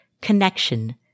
connection